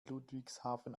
ludwigshafen